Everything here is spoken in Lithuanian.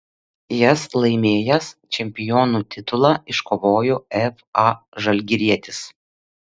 jas laimėjęs čempionų titulą iškovojo fa žalgirietis